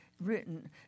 written